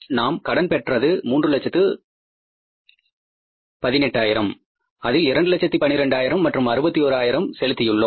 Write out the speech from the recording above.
நாம் கடன் பெற்றது 3 லட்சத்து 18000 அதில் 2 லட்சத்து 12 ஆயிரம் மற்றும் 61 ஆயிரம் செலுத்தியுள்ளோம்